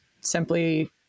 simply